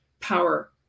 Power